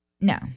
No